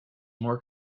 more